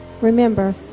Remember